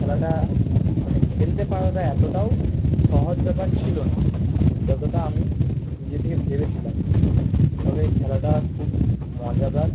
খেলাটা মানে খেলতে পারাটা এতটাও সহজ ব্যাপার ছিল না যতটা আমি নিজে থেকে ভেবেছিলাম তবে খেলাটা খুব মজাদার